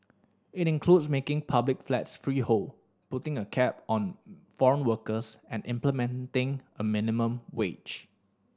it includes making public flats freehold putting a cap on foreign workers and implementing a minimum wage